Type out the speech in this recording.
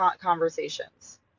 conversations